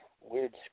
weird